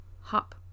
hop